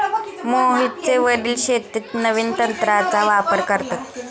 मोहितचे वडील शेतीत नवीन तंत्राचा वापर करतात